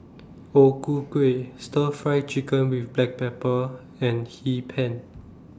O Ku Kueh Stir Fry Chicken with Black Pepper and Hee Pan